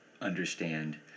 understand